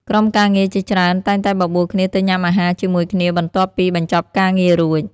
ក្រុមការងារជាច្រើនតែងតែបបួលគ្នាទៅញ៉ាំអាហារជាមួយគ្នាបន្ទាប់ពីបញ្ចប់ការងាររួច។